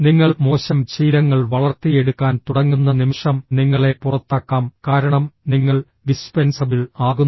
നിങ്ങൾ മോശം ശീലങ്ങൾ വളർത്തിയെടുക്കാൻ തുടങ്ങുന്ന നിമിഷം നിങ്ങളെ പുറത്താക്കാം കാരണം നിങ്ങൾ ഡിസ്പെൻസബിൾ ആകുന്നു